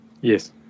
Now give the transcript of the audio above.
Yes